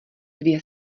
dvě